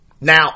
Now